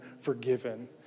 forgiven